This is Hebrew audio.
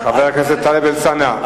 חבר הכנסת טלב אלסאנע,